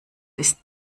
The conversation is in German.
ist